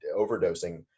overdosing